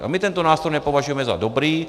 A my tento nástroj nepovažujeme za dobrý.